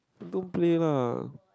don't play lah